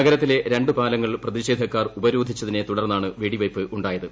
നഗരത്തിലെ രണ്ട് പാലങ്ങൾ പ്രതിഷേധക്കാർ ഉപരോധിച്ചതിനെ തുടർന്നാണ് വെടിവെയ്പ്പുണ്ടായത്